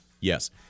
Yes